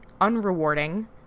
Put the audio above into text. unrewarding